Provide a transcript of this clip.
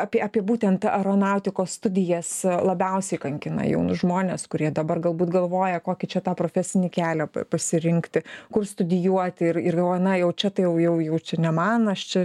apie apie būtent aeronautikos studijas labiausiai kankina jaunus žmones kurie dabar galbūt galvoja kokį čia tą profesinį kelią pasirinkti kur studijuoti ir ir o na jau čia tai jau jau jau čia ne man aš čia